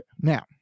now